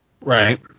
Right